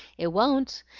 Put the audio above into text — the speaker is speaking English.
it won't!